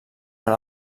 per